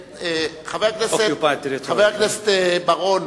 occupied territories, חבר הכנסת בר-און,